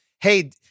hey